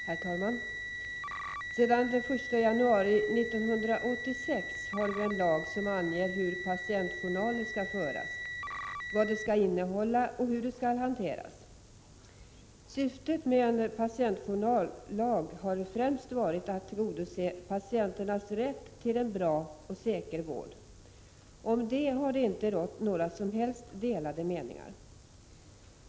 Herr talman! Sedan den 1 januari 1986 har vi en lag som anger hur patientjournaler skall föras, vad de skall innehålla och hur de skall hanteras. Syftet med en patientjournalslag har främst varit att tillgodose patienternas rätt till en bra och säker vård. Om det har det inte rått några som helst delade meningar.